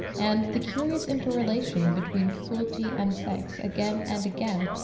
and the curious interrelation between cruelty and sex, again and again,